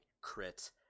crit